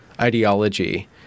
ideology